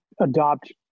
adopt